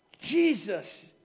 Jesus